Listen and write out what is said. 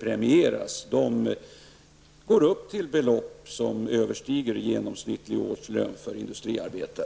premieras kommer upp till belopp som överstiger en genomsnittlig årslön för en industriarbetare.